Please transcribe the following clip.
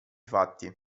fatti